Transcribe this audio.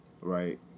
Right